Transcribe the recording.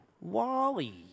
Wally